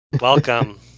Welcome